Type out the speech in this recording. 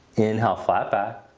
inhale flat back.